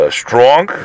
strong